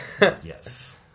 Yes